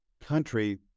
country